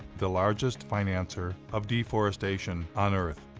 the largest financer of deforestation on earth.